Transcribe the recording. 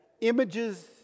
images